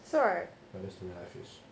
it's alright